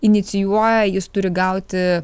inicijuoja jis turi gauti